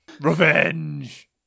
Revenge